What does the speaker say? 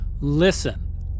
Listen